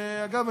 שאגב,